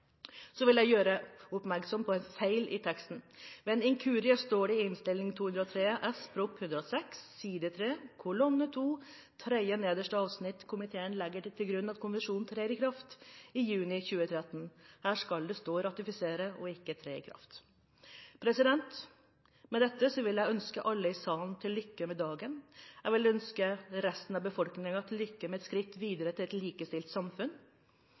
Så vil jeg gjøre oppmerksom på en feil i teksten. Ved en inkurie står det i Innst. 203 S til Prop. 106 S, side 3, kolonne 2, tredje nederste avsnitt: «Komiteen legger derfor til grunn at konvensjonen trer i kraft 1. juni 2013.» Her skal det stå «ratifiseres» og ikke «trer i kraft». Med dette vil jeg ønske alle i salen til lykke med dagen. Jeg vil ønske resten av befolkningen til lykke med å ha tatt et skritt videre mot et likestilt samfunn.